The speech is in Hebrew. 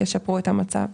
ישפרו את המצב.